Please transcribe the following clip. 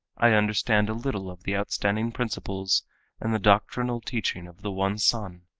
i understand a little of the outstanding principles and the doctrinal teaching of the one son,